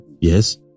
Yes